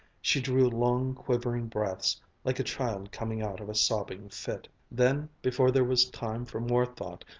she drew long quivering breaths like a child coming out of a sobbing fit. then before there was time for more thought,